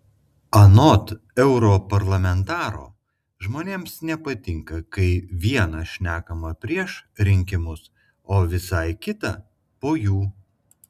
anot europarlamentaro žmonėms nepatinka kai viena šnekama prieš rinkimus o visai kita po jų